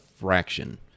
fraction